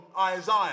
Isaiah